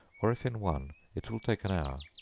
or if in one, it will take an hour.